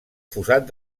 fossat